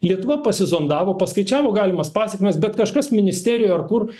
lietuva pasizondavo paskaičiavo galimas pasekmes bet kažkas ministerijoj ar kur